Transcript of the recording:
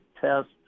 test